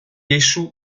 échoue